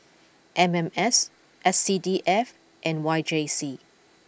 M M S S C D F and Y J C